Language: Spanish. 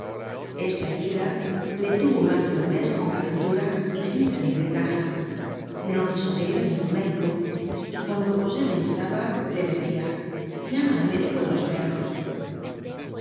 esta herida le tuvo mas de un mes con calentura y sin salir de casa no quiso ver á ningun médico y cuando cosette le instaba le decia llama al médico de los perros